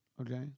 Okay